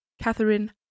Catherine